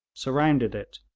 surrounded it,